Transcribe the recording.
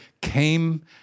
came